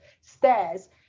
stairs